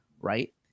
right